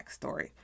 backstory